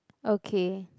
okay